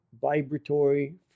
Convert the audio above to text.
vibratory